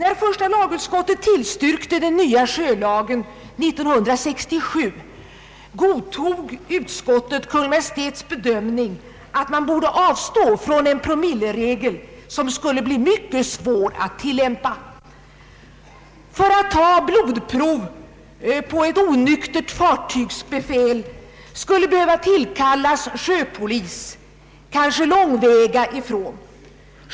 Då första lagutskottet tillstyrkte den nya sjölagen 1967 godtog utskottet Kungl. Maj:ts bedömning att man borde avstå från en promilleregel som skulle bli mycket svår att tillämpa. För att ta blodprov på ett onyktert fartygsbefäl skulle man behöva tillkalla sjöpolis kanske långväga ifrån.